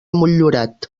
motllurat